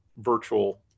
virtual